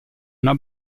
una